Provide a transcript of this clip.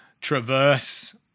traverse